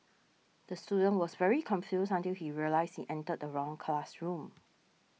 the student was very confused until he realised he entered the wrong classroom